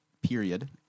period